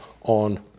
on